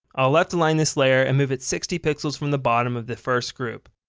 i'll left align this layer and move it sixty pixels from the bottom of the first group.